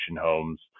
homes